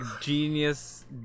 genius